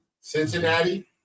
Cincinnati